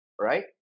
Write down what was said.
Right